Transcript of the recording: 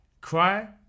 Cry